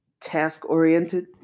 task-oriented